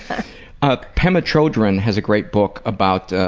ah pema chodron has a great book about ah